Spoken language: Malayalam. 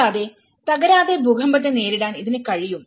കൂടാതെ തകരാതെ ഭൂകമ്പത്തെ നേരിടാൻ ഇതിന് കഴിയും